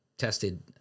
tested